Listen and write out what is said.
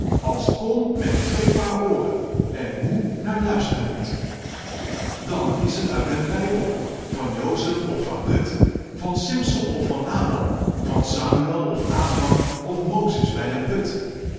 t kon met twee paar ooren en moe naar luist'ren moet dan is het uit den bijbel van jozef of van ruth van simson of van adam van samuël of abram of mozes bij den put